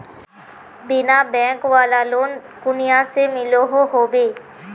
बिना बैंक वाला लोन कुनियाँ से मिलोहो होबे?